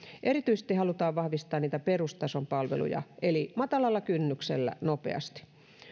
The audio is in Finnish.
erityisesti halutaan vahvistaa niitä perustason palveluja eli matalalla kynnyksellä nopeasti